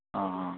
ହଁ ହଁ